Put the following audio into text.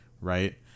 right